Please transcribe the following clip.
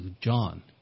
John